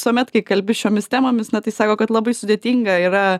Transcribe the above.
visuomet kai kalbi šiomis temomis na tai sako kad labai sudėtinga yra